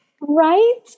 Right